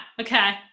Okay